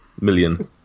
million